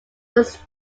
was